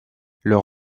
leur